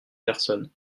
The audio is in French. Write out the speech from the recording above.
personnes